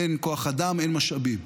אין כוח אדם, אין משאבים.